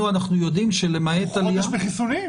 אנחנו יודעים שלמעט עלייה --- אנחנו חודש בחיסונים.